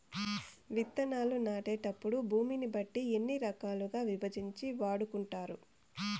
విత్తనాలు నాటేటప్పుడు భూమిని బట్టి ఎన్ని రకాలుగా విభజించి వాడుకుంటారు?